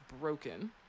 broken